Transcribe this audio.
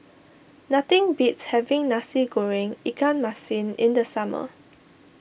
nothing beats having Nasi Goreng Ikan Masin in the summer